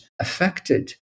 affected